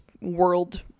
world